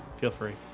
feel free